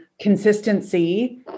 consistency